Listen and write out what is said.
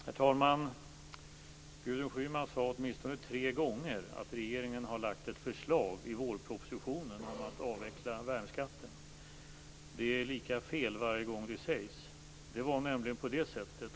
Herr talman! Gudrun Schyman sade åtminstone tre gånger att regeringen i vårpropositionen har lagt fram ett förslag om att avveckla värnskatten. Det är lika fel varje gång det sägs. Det förhåller sig på följande sätt.